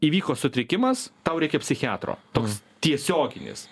įvyko sutrikimas tau reikia psichiatro toks tiesioginis